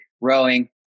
rowing